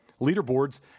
leaderboards